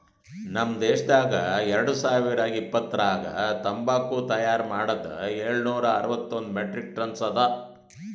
ನಮ್ ದೇಶದಾಗ್ ಎರಡು ಸಾವಿರ ಇಪ್ಪತ್ತರಾಗ ತಂಬಾಕು ತೈಯಾರ್ ಮಾಡದ್ ಏಳು ನೂರಾ ಅರವತ್ತೊಂದು ಮೆಟ್ರಿಕ್ ಟನ್ಸ್ ಅದಾ